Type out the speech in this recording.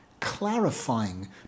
Clarifying